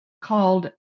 called